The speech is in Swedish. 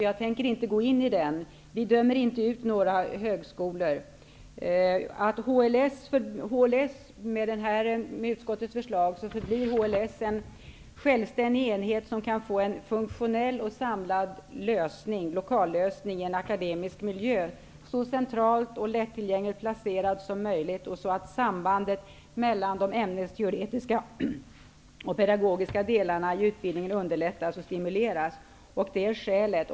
Herr talman! Ylva Annerstedt tar här upp en mängd andra frågor. Jag tänker inte gå in på dem. Vi dömer inte ut några högskolor. Med utskottets förslag blir HLS en självständig enhet med en funktionell och samlad lösning för lokalerna i en akademisk miljö så centralt och lättillgängligt placerad som möjligt, och sambandet mellan de ämnesteoretiska och pedagogiska delarna underlättas och stimuleras. Det är skälet.